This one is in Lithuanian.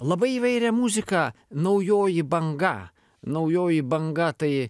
labai įvairią muziką naujoji banga naujoji banga tai